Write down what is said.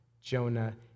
Jonah